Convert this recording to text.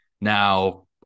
Now